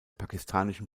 pakistanischen